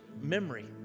memory